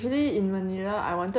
if it's not for the ten dollars